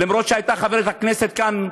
למרות שהייתה חברת כנסת כאן,